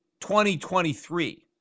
2023